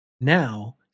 now